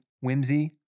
whimsy